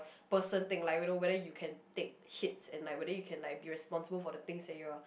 person thing like whether whether you can take hits and like whether you can like be responsible for the things that you are